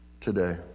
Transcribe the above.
today